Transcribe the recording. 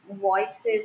voices